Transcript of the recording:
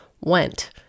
went